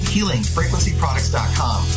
HealingFrequencyProducts.com